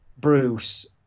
Bruce